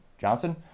johnson